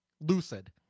lucid